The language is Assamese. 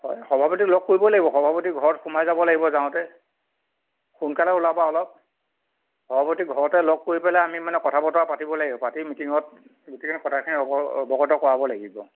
সভাপতিক লগ ধৰিব লাগিব সভাপতিৰ ঘৰত সোমাই যাব লাগিব যাওঁতে সোনকালে ওলাবা অলপ সভাপতিক ঘৰতে লগ কৰি পেলাই আমি মানে কথা বতৰা পাতিব লাগিব পাতি মিটিংত গোটেইখিনি কথাখিনি অৱগত কৰাব লাগিব